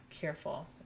careful